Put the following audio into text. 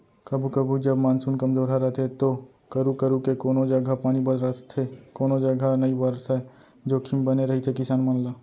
कभू कभू जब मानसून कमजोरहा रथे तो करू करू के कोनों जघा पानी बरसथे कोनो जघा नइ बरसय जोखिम बने रहिथे किसान मन ला